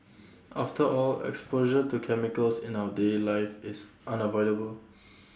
after all exposure to chemicals in our daily life is unavoidable